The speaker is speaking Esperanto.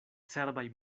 cerbaj